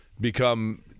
become